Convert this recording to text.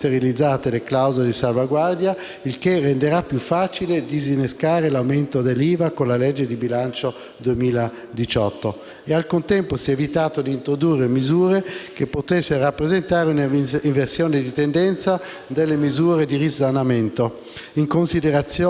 Al contempo, si è evitato di introdurre misure che potessero rappresentare una inversione di tendenza delle misure di risanamento. In considerazione della situazione difficile in cui si trova l'Italia, questo - a nostro parere - non è un risultato da poco!